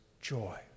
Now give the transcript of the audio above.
joy